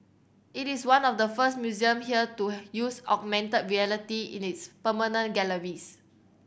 it is one of the first museums here to use augmented reality in its permanent galleries